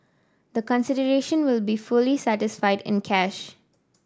the consideration will be fully satisfied in cash